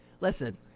Listen